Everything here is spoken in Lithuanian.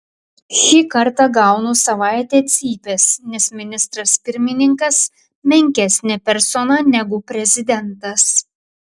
šį kartą gaunu savaitę cypės nes ministras pirmininkas menkesnė persona negu prezidentas